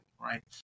right